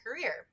career